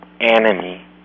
enemy